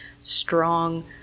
strong